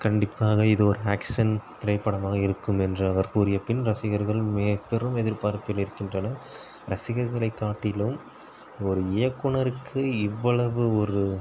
கண்டிப்பாக இது ஒரு ஆக்சன் திரைப்படமாக இருக்கும் என்று அவர் கூறிய பின் ரசிகர்கள் மேலும் எதிர்பார்ப்பில் இருக்கின்றனர் ரசிகர்களை காட்டிலும் ஒரு இயக்குனருக்கு இவ்வளவு ஒரு